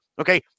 Okay